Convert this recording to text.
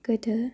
गोदो